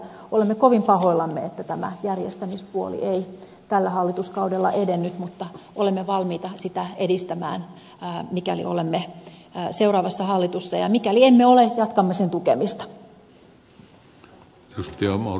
olemme kovin pahoillamme että tämä järjestämispuoli ei tällä hallituskaudella edennyt mutta olemme valmiita sitä edistämään mikäli olemme seuraavassa hallituksessa ja mikäli emme ole jatkamme sen tukemista